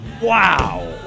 wow